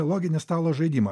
loginį stalo žaidimą